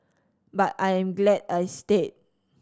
but I am glad I stayed